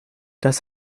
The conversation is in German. das